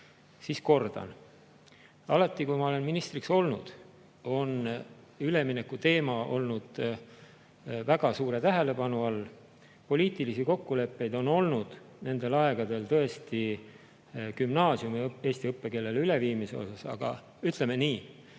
Siis kordan. Alati, kui ma olen ministriks olnud, on ülemineku teema olnud väga suure tähelepanu all. Poliitilisi kokkuleppeid on olnud nendel aegadel tõesti gümnaasiumi eesti õppekeelele üleviimise osas. Aga ütleme nii: